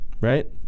right